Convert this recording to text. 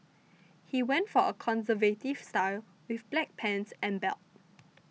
he went for a conservative style with black pants and belt